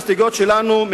בהסתייגויות שלנו,